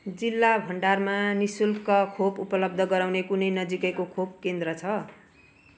जिल्ला भण्डारामा नि शुल्क खोप उपलब्ध गराउने कुनै नजिकैको खोप केन्द्र छ